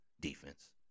defense